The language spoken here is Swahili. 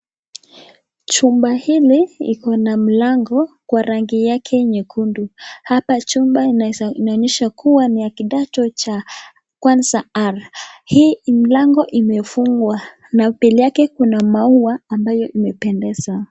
Chumba hili iko na mlango kwa rangi yake nyekundu. Hapa chumba inaonyesha kuwa ni ya kidato cha kwanza R . Hii mlango imefungwa na mbele yake kuna maua ambayo imependeza.